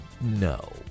no